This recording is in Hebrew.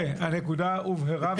חבר'ה, הנקודה הובהרה.